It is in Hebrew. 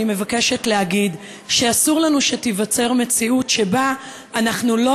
אני מבקשת להגיד שאסור לנו שתיווצר מציאות שבה אנחנו לא